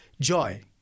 Joy